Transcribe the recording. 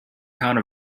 count